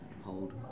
hold